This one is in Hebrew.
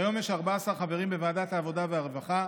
כיום יש 14 חברים בוועדת העבודה והרווחה: